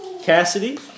Cassidy